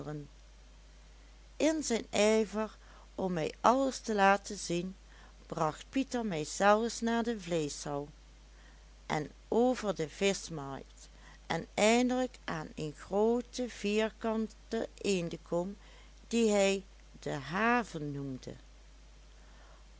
in zijn ijver om mij alles te laten zien bracht pieter mij zelfs naar de vleeschhal en over de vischmarkt en eindelijk aan een groote vierkante eendekom die hij de haven noemde